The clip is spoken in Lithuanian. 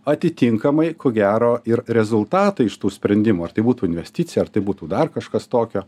atitinkamai ko gero ir rezultatai iš tų sprendimų ar tai būtų investicija ar tai būtų dar kažkas tokio